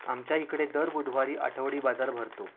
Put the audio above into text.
आमच्या इकडे दर बुधवारी आठवडी बाजार भरतो